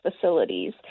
facilities